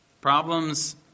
Problems